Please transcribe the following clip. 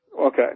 okay